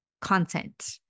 content